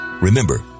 Remember